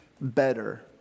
better